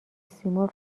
سیمرغ